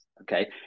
okay